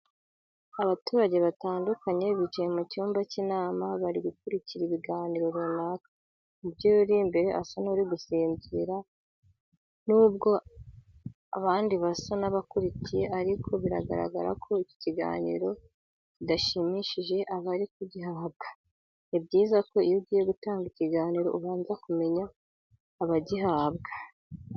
Abaturage batandukanye bicaye mu cyumba cy'inama bari gukurikira ibiganiro runaka, umubyeyi uri imbere asa n'uri gusinzira nubwo abandi basa n'abakurikiye ariko bigaragara ko iki kiganiro kidashishsikaje abari kugihabwa. Ni byiza ko iyo ugiye gutanga ikiganiro ubanza kumenya abagihabwa.